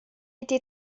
été